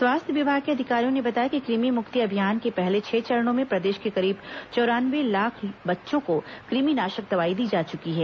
स्वास्थ्य विभाग के अधिकारियों ने बताया कि कृमि मुक्ति अभियान के पहले छह चरणों में प्रदेष के करीब चौरानवे लाख बच्चों को कृमि नाषक दवाई दी जा चुकी है